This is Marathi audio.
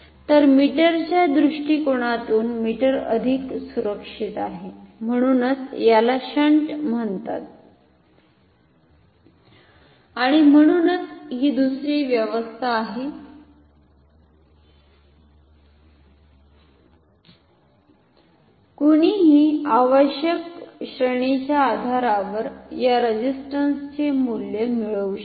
तर मीटरच्या दृष्टीकोनातून मीटर अधिक सुरक्षित आहे म्हणूनच याला शंट म्हणतात आणि म्हणूनच ही दुसरी व्यवस्था आहे कुणीही आवश्यक श्रेणिंच्या आधारावर या रेझिस्टंसचे मूल्य मिळवु शकते